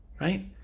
right